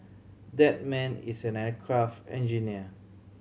that man is an aircraft engineer